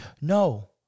No